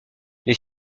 les